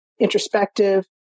introspective